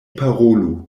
parolu